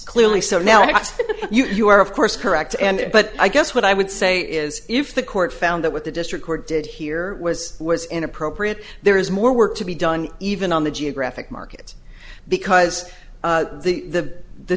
clearly so now it's you are of course correct and but i guess what i would say is if the court found that what the district court did here was was inappropriate there is more work to be done even on the geographic market because the the